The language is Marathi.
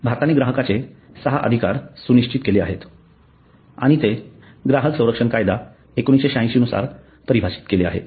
भारताने ग्राहकाचे ६ अधिकार सुनिश्चित केले आहेत आणि ते ग्राहक संरक्षण कायदा १९८६ नुसार परिभाषित केले आहेत